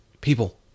people